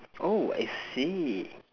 oh I see